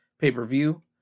pay-per-view